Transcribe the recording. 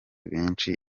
benshi